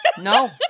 no